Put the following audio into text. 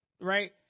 Right